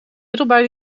middelbaar